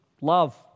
Love